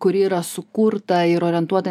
kuri yra sukurta ir orientuota